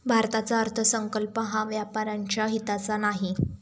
भारताचा केंद्रीय अर्थसंकल्प हा व्यापाऱ्यांच्या हिताचा नाही